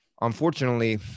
Unfortunately